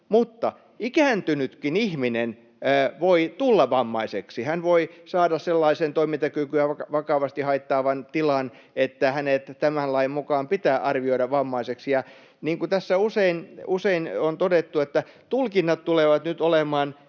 Mutta ikääntynytkin ihminen voi tulla vammaiseksi, hän voi saada sellaisen toimintakykyä vakavasti haittaavan tilan, että hänet tämän lain mukaan pitää arvioida vammaiseksi. Niin kuin tässä usein on todettu, tulkinnat tulevat nyt olemaan